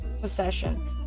possession